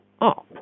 up